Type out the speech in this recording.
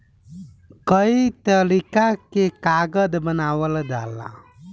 कई तरीका के कागज बनावल जाला